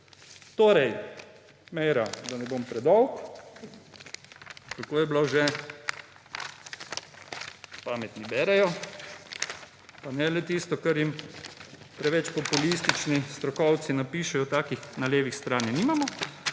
Torej, Meira, da ne bom predolg. Kako je bilo že? »Pametni berejo«, pa ne le tisto, kar jim preveč populistični strokovci napišejo, takih na levi strani